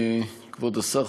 כבוד השר,